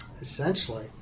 essentially